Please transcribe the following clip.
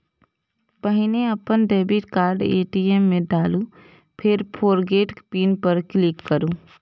पहिने अपन debit card ATM मे डालू, फेर फोरगेट पिन पर क्लिक करू